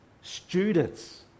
Students